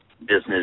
business